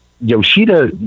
Yoshida